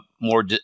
more